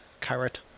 carrot